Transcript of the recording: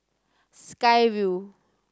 Sky Vue